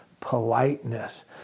politeness